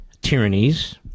tyrannies